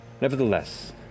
Nevertheless